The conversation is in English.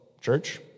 church